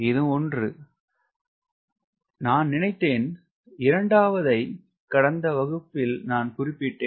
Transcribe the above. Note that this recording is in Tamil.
இது ஒன்று நான் நினைத்தேன் இரண்டாவதை கடந்த வகுப்பில் நான் குறிப்பிட்டேன்